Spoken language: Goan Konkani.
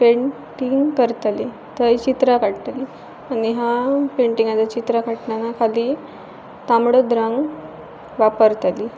पेंटींग करतलीं थंय चित्रां काडटलीं आनी ह्या पेंटिंगाचो चित्र काडटना खाली तांबडोत रंग वापरतली